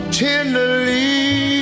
tenderly